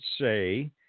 say